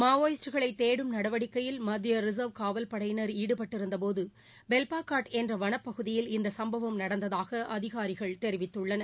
மாவோயிஸ்டுகளை தேடும் நடவடிக்கையில் மத்திய ரிசர்வ் காவல்படையினர் ஈடுபட்டிருந்தபோது பெவ்பாகாட் என்ற வனப்பகுதியில் இந்த சம்பவம் நடந்ததாக அதிகாரிகள் தெரிவித்துள்ளார்கள்